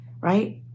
right